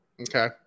Okay